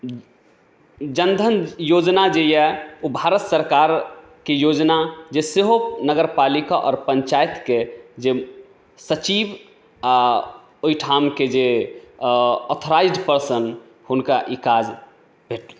जन धन योजना जे यए ओ भारत सरकारके योजना जे सेहो नगरपालिका आओर पञ्चायतके जे सचिव आ ओहिठामके जे ऑथोराइज्ड पर्सन हुनका ई काज भेटलनि